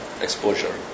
exposure